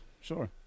sure